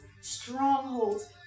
strongholds